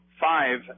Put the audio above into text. five